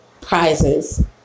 prizes